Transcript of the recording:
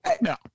No